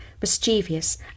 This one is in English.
mischievous